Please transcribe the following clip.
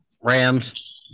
Rams